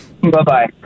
Bye-bye